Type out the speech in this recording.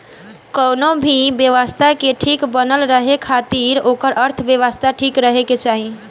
कवनो भी व्यवस्था के ठीक बनल रहे खातिर ओकर अर्थव्यवस्था ठीक रहे के चाही